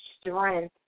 strength